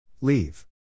Leave